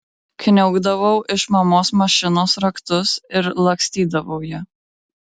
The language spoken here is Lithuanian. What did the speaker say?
kniaukdavau iš mamos mašinos raktus ir lakstydavau ja